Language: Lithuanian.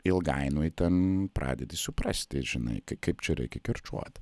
ilgainui ten pradedi suprasti žinai kai kaip čia reikia kirčiuot